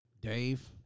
Dave